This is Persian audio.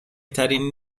ترین